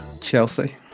Chelsea